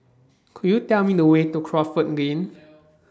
Could YOU Tell Me The Way to Crawford Lane